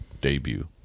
debut